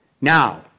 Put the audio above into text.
Now